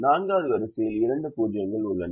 நான்காவது வரிசையில் இரண்டு 0 கள் உள்ளன